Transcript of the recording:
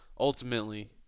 Ultimately